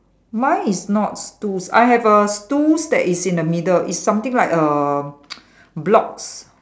mine is not stools I have uh stools that is in the middle it's something like uh blocks